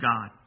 God